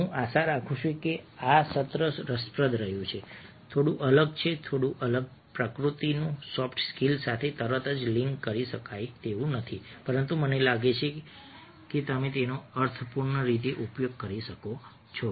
હું આશા રાખું છું કે આ સત્ર રસપ્રદ રહ્યું છે થોડું અલગ થોડું અલગ પ્રકૃતિનું સોફ્ટ સ્કિલ સાથે તરત જ લિંક કરી શકાય તેવું નથી પરંતુ મને લાગે છે કે તમે તેનો અર્થપૂર્ણ રીતે ઉપયોગ કરી શકો છો